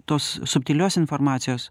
tos subtilios informacijos